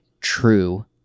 true